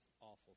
awful